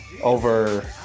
over